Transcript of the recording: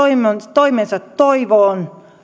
toimensa toivoon